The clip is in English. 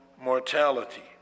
Mortality